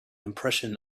impression